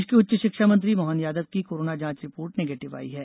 प्रदेश के उच्च शिक्षा मंत्री मोहन यादव की कोरोना जांच रिपोर्ट नेगेटिव आई है